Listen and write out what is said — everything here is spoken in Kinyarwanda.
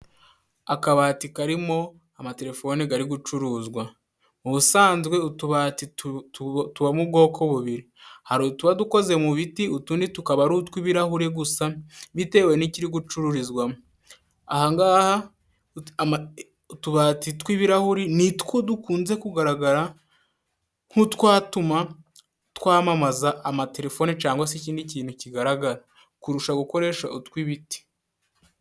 Akabati karimo amatelefone gari gucuruzwa. Ubusanzwe utubati tubamo ubwoko bubiri: Hari utuba dukoze mu biti, utundi tukaba ari utw'ibirahuri gusa bitewe n'ikiri gucururizwamo. Ahangaha utubati tw'ibirahuri nitwo dukunze kugaragara nk'utwatuma twamamaza amatelefone cangwa se ikindi kintu kigaragara kurusha gukoresha utw'ibiti.